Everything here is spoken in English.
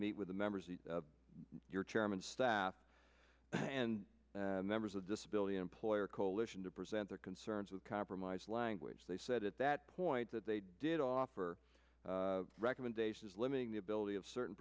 meet with the members of your chairman staff and members of disability employer coalition to present their concerns with compromised language they said at that point that they did offer recommendations limiting the ability of certain